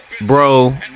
Bro